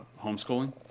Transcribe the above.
homeschooling